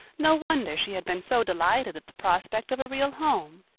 no wonder she had been so delighted at the prospect of a real home.